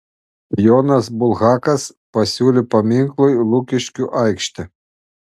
jonas bulhakas pasiūlė paminklui lukiškių aikštę